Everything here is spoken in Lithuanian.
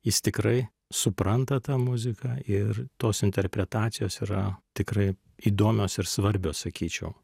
jis tikrai supranta tą muziką ir tos interpretacijos yra tikrai įdomios ir svarbios sakyčiau